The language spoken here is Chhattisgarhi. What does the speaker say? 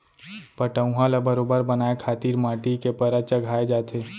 पटउहॉं ल बरोबर बनाए खातिर माटी के परत चघाए जाथे